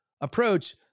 approach